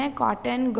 cotton